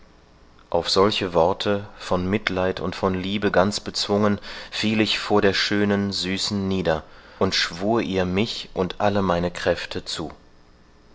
auf solche worte von mitleid und von liebe ganz bezwungen fiel ich vor der schönen süßen nieder und schwur ihr mich und alle meine kräfte zu